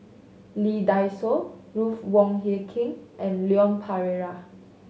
Lee Dai Soh Ruth Wong Hie King and Leon Perera